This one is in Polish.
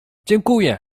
dziękuję